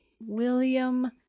William